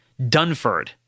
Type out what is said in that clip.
Dunford